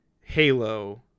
Halo